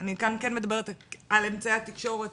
ואני כאן כן מדברת על אמצעי התקשורת